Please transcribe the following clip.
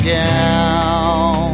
down